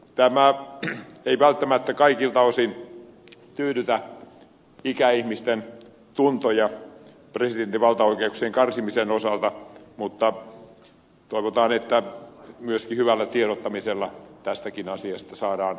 tämä ei välttämättä kaikilta osin tyydytä ikäihmisten tuntoja presidentin valtaoikeuksien karsimisen osalta mutta toivotaan että myöskin hyvällä tiedottamisella tästäkin asiasta saadaan yleinen hyväksyntä